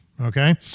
Okay